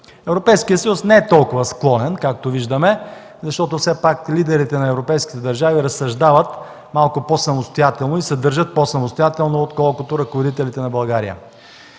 не е толкова склонен, както виждаме, защото все пак лидерите на европейските държави разсъждават малко по-самостоятелно и се държат по-самостоятелно отколкото ръководителите на България.